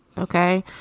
okay.